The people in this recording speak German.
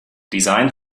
design